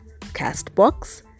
CastBox